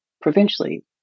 provincially